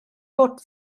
fod